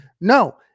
No